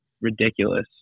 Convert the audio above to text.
ridiculous